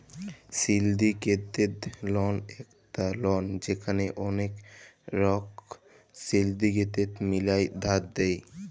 syndicated loan একট loan যেখালে ওলেক লক সিলডিকেট মিলায় ধার লেয়